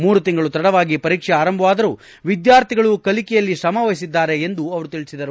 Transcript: ಮೂರು ತಿಂಗಳು ತಡವಾಗಿ ಪರೀಕ್ಷೆ ಆರಂಭವಾದರೂ ವಿದ್ಯಾರ್ಥಿಗಳು ಕಲಿಕೆಯಲ್ಲಿ ತ್ರ ವಹಿಸಿದ್ದಾರೆ ಎಂದು ಅವರು ತಿಳಿಸಿದರು